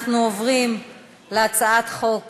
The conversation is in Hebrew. אנחנו עוברים להצעת חוק